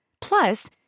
Plus